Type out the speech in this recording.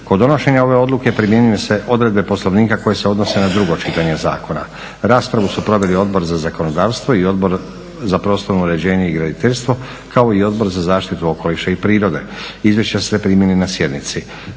Kod donošenja ove odluke primjenjuju se odredbe Poslovnika koje se odnose na drugo čitanje zakona. Raspravu su proveli Odbor za zakonodavstvo i Odbor za prostorno uređenje i graditeljstvo, kao i Odbora za zaštitu okoliša i prirode. Izvješća ste primili na sjednici.